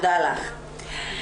תודה לך.